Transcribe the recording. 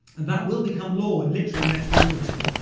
and that will become law, literally in the next week or two.